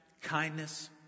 kindness